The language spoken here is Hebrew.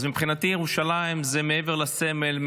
אז מבחינתי ירושלים זה מעבר לסמל,